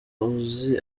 uzi